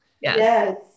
yes